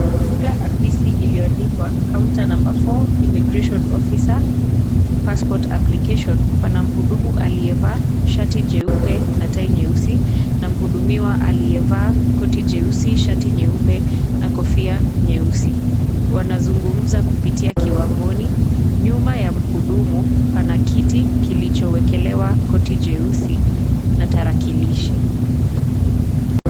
Afisi iliyoandikwa, counter number 4, Immigration Officer, Passport Application . Pana mhudumu aliyevaa shati jeupe na tai nyeusi na mhudumiwa aliyevaa koti jeusi, shati nyeupe na kofia nyeusi, wanazungumza kupitia kiwamboni, nyuma ya mhudumu, pana kiti, kilichowekelewa koti jeusi na tarakilishi.